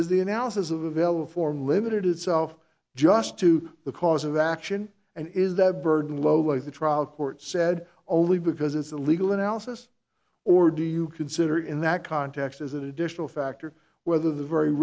is the analysis of avila form limited itself just to the cause of action and is that burden lolis the trial court said only because it's a legal analysis or do you consider in that context as additional factor whether the very